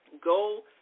go